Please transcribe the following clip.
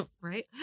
Right